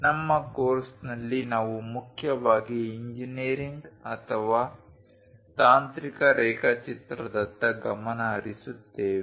ನಮ್ಮ ಕೋರ್ಸ್ನಲ್ಲಿ ನಾವು ಮುಖ್ಯವಾಗಿ ಇಂಜಿನೀರಿಂಗ್ ಅಥವಾ ತಾಂತ್ರಿಕ ರೇಖಾಚಿತ್ರದತ್ತ ಗಮನ ಹರಿಸುತ್ತೇವೆ